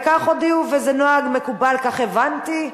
וכך הודיעו, וזה נוהג מקובל, כך הבנתי.